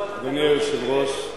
אדוני היושב-ראש,